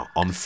on